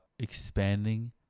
Expanding